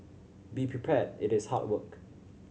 be prepared it is hard work